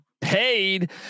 paid